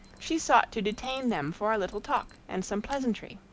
she sought to detain them for a little talk and some pleasantry.